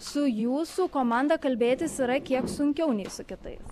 su jūsų komanda kalbėtis yra kiek sunkiau nei su kitais